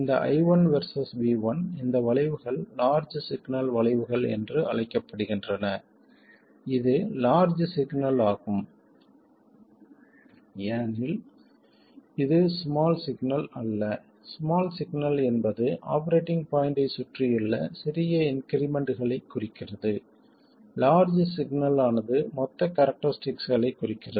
இந்த I1 versus V1 இந்த வளைவுகள் லார்ஜ் சிக்னல் வளைவுகள் என்று அழைக்கப்படுகின்றன இது லார்ஜ் சிக்னல் ஆகும் ஏனெனில் இது ஸ்மால் சிக்னல் அல்ல ஸ்மால் சிக்னல் என்பது ஆபரேட்டிங் பாய்ண்ட்டைச் சுற்றியுள்ள சிறிய இன்க்ரிமெண்ட்களைக் குறிக்கிறது லார்ஜ் சிக்னல் ஆனது மொத்த கேரக்டரஸ்டிக்களைக் குறிக்கிறது